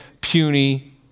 puny